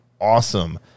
awesome